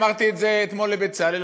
אמרתי את זה אתמול לבצלאל,